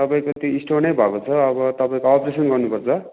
तपाईँको त्यो स्टोनै भएको छ अब तपाईँको अपरेसन गर्नुपर्छ